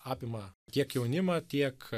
apima tiek jaunimą tiek